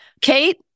Kate